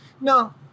no